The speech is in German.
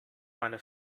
meine